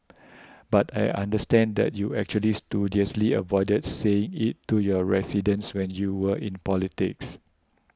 but I understand that you actually studiously avoided saying it to your residents when you were in politics